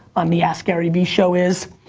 on the askgaryvee show is,